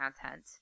content